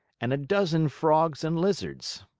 and a dozen frogs and lizards.